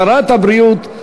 שרת הבריאות,